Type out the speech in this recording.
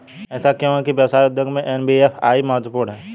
ऐसा क्यों है कि व्यवसाय उद्योग में एन.बी.एफ.आई महत्वपूर्ण है?